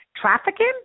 trafficking